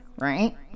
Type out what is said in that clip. right